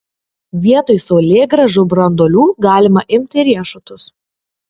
vietoj saulėgrąžų branduolių galima imti riešutus